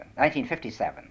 1957